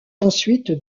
ensuite